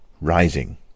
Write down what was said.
Rising